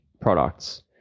products